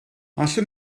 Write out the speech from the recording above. allwn